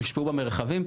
יושפעו במרחבים.